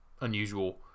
unusual